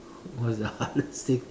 what is the hardest thing